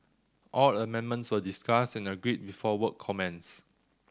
all amendments were discussed and agreed before work commenced